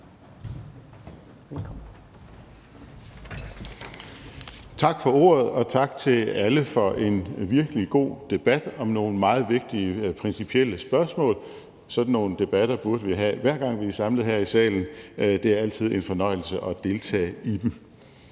Tak for ordet, og tak til alle for en virkelig god debat om nogle meget vigtige principielle spørgsmål. Sådan nogle debatter burde vi have, hver gang vi er samlet her i salen. Det er altid en fornøjelse at deltage i dem.